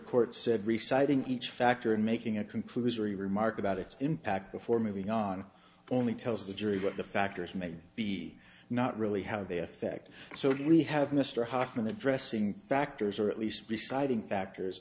court said reciting each factor and making a conclusory remark about its impact before moving on only tells the jury what the factors may be not really how they affect so we have mr hofmann addressing factors or at least deciding factors